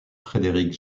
frédéric